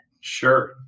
Sure